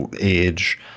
age